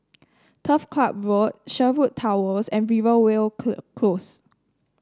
Turf Club Road Sherwood Towers and Rivervale Close